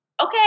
okay